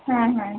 হ্যাঁ হ্যাঁ